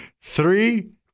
Three